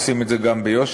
עושים את זה גם ביושר.